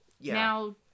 now